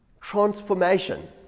Transformation